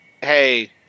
Hey